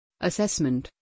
Assessment